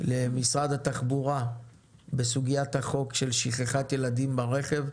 למשרד התחבורה בסוגיית החוק של שכחת הילדים ברכב.